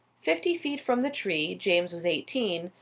fifty feet from the tree james was eighteen,